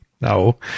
No